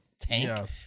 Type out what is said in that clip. tank